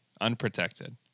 Unprotected